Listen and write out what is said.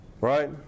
Right